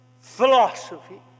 philosophy